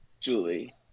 julie